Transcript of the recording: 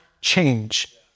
change